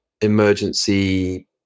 emergency